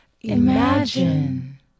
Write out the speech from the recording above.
Imagine